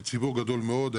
ציבור גדול מאוד.